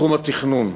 בתחום התכנון,